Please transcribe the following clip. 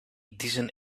decent